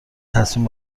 تصمیم